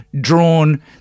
drawn